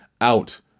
out